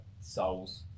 souls